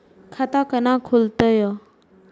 खाता केना खुलतै यो